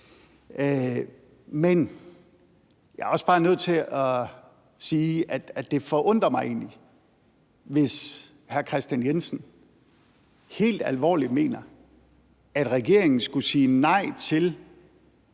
Men jeg er også bare nødt til at sige, at det egentlig forundrer mig, hvis hr. Kristian Jensen helt alvorligt mener, at regeringen skulle sige nej til